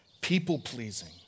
people-pleasing